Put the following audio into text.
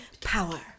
Power